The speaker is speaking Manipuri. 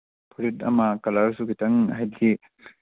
ꯐꯨꯔꯤꯠ ꯑꯃ ꯀꯂꯔꯁꯨ ꯈꯤꯇꯪ ꯍꯥꯏꯗꯤ